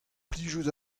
plijout